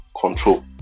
control